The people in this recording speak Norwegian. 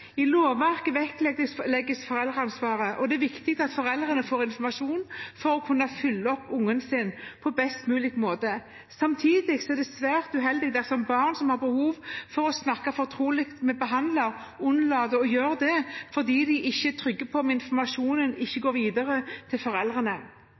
I lovverket vektlegges foreldreansvaret, og det er viktig at foreldrene får informasjon for å kunne følge opp ungen sin på best mulig måte. Samtidig er det svært uheldig dersom barn som har behov for å snakke fortrolig med behandler, unnlater å gjøre det fordi de ikke er trygge på at informasjonen ikke